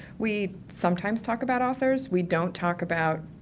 we sometimes talk about authors. we don't talk about